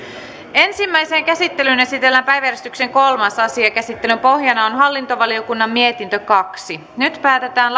ensimmäiseen käsittelyyn esitellään päiväjärjestyksen kolmas asia käsittelyn pohjana on hallintovaliokunnan mietintö kaksi nyt päätetään